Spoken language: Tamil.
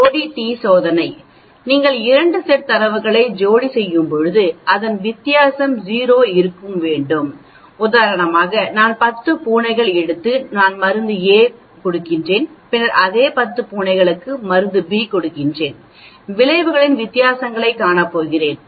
ஜோடி t சோதனை நீங்கள் இரண்டு செட் தரவுகளை ஜோடி செய்யும்பொழுது அதன் வித்தியாசம் 0 இருக்க வேண்டும் உதாரணமாக நான் 10 பூனைகள் எடுத்து நான் மருந்து A கொடுக்க போகிறேன் பின்னர் அதே10 பூனைகளுக்கு மருந்துB கொடுக்கப் போகிறேன் விளைவுகளின் வித்தியாசங்களை காணப் போகிறேன்